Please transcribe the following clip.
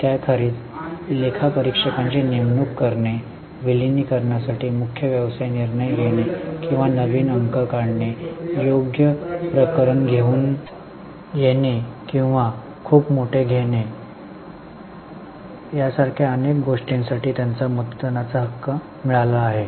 त्याखेरीज लेखा परीक्षकांची नेमणूक करणे विलीनीकरणासाठी मुख्य व्यवसाय निर्णय घेणे किंवा नवीन अंक काढणे योग्य प्रकरण घेऊन येणे किंवा खूप मोठे घेणे यासारख्या अनेक गोष्टींसाठी त्यांना मतदानाचा हक्क मिळाला आहे